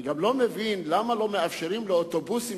אני גם לא מבין למה לא מאפשרים לאוטובוסים